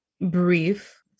brief